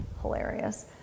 Hilarious